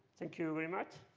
thank you very much.